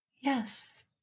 Yes